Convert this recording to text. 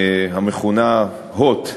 המכונה "הוט",